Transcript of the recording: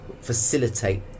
facilitate